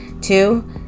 Two